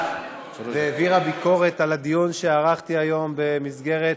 והעבירה ביקורת על הדיון שערכתי היום במסגרת